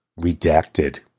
redacted